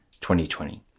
2020